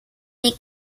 nick